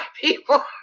people